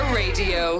radio